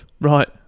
right